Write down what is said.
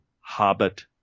Hobbit